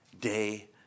day